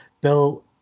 Bill